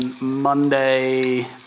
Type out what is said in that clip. Monday